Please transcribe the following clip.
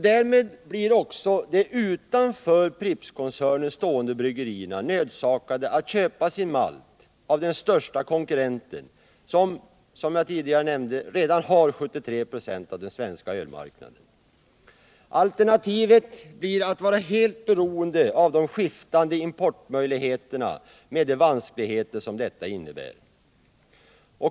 Därmed blir också de utanför Prippskoncernen stående bryggerierna nödsakade att köpa sin malt av den största konkurrenten som -— vilket jag tidigare nämnde — redan har 73 96 av den svenska ölmarknaden. Alternativet blir att vara helt beroende av de skiftande importmöjligheterna med de vanskligheter som detta innebär.